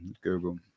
Google